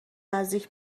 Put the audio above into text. نزدیک